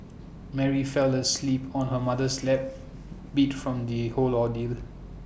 Mary fell asleep on her mother's lap beat from the whole ordeal